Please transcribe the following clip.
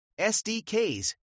SDKs